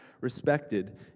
respected